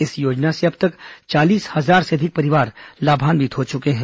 इस योजना से अब तक चालीस हजार से अधिक परिवार लाभान्वित हो चुके हैं